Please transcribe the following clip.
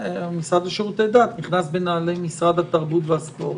לשירותי דת נכנס בנעלי משרד התרבות והספורט.